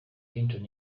clinton